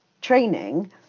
training